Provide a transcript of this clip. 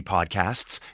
Podcasts